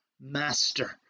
master